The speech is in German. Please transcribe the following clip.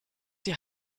die